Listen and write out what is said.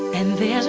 envy